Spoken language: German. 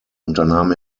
unternahm